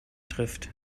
trifft